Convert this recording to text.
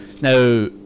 Now